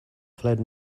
fled